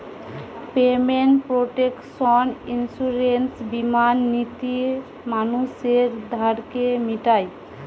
payment protection insurance বীমা নীতি মানুষের ধারকে মিটায়